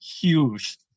huge